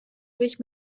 sich